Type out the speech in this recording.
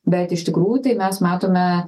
bet iš tikrųjų tai mes matome